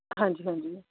ਹਾਂਜੀ ਹਾਂਜੀ